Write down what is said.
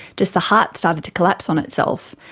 just the heart started to collapse on itself.